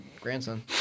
grandson